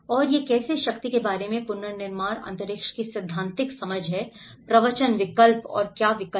और यह कैसे शक्ति के बारे में पुनर्निर्माण अंतरिक्ष की सैद्धांतिक समझ है प्रवचन विकल्प और विकल्प